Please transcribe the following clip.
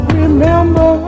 remember